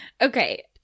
okay